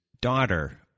daughter